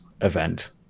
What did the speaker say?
event